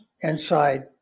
inside